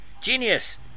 Genius